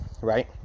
right